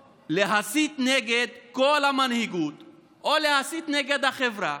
להתקיף את חבר הכנסת טיבי או להסית נגד כל המנהיגות או להסית נגד החברה,